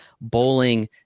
bowling